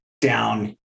down